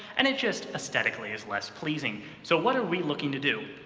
and it just aesthetically is less pleasing. so what are we looking to do?